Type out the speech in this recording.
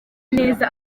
neza